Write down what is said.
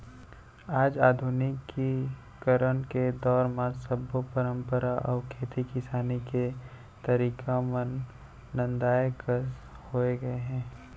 आज आधुनिकीकरन के दौर म सब्बो परंपरा अउ खेती किसानी के तरीका मन नंदाए कस हो गए हे